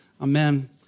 Amen